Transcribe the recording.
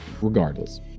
regardless